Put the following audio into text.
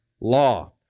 law